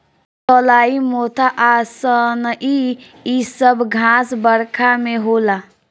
चौलाई मोथा आ सनइ इ सब घास बरखा में होला